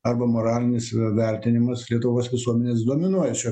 arba moralinis vertinimas lietuvos visuomenės dominuoja šio